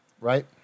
right